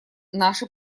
наши